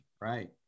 Right